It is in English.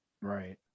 Right